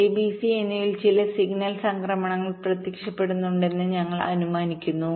a b c എന്നിവയിൽ ചില signal സംക്രമണങ്ങൾ പ്രത്യക്ഷപ്പെടുന്നുണ്ടെന്ന് ഞങ്ങൾ അനുമാനിക്കുന്നു